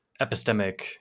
epistemic